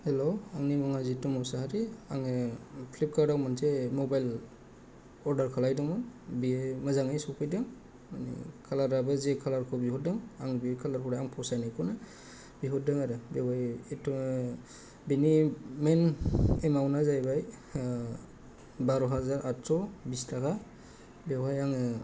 hello आंनि मुङा जितु मुसाहारि आङो फ्लिपकार्डआव मोनसे मबाइल अर्डार खालामदोमोन बेयो मोजाङै सफैदों माने कालाराबो जे कालारखौ बिहरदों आं बे कालारखौनो आं फसायनायखौनो बिहरदों आरो बेवहाय एथ' बिनि मेन एमाउन्टआ जाहैबाय बार' हाजार आतस' बिस ताका बेवहाय आङो